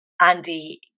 Andy